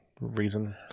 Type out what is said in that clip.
reason